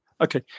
okay